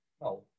No